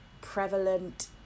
prevalent